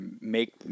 make